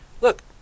look